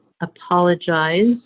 apologize